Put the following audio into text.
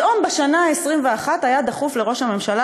פתאום בשנה ה-21 היה דחוף לראש הממשלה